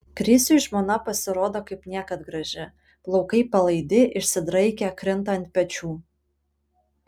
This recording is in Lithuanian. krisiui žmona pasirodo kaip niekad graži plaukai palaidi išsidraikę krinta ant pečių